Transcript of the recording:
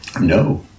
No